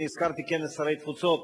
אני הזכרתי כנס שרי תפוצות,